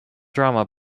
drama